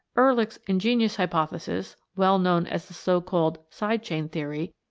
ehrlich's ingenious hypothesis, well known as the so-called side chain-theory,